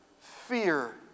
fear